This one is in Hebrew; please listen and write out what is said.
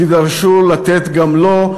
תידרשו לתת גם לו,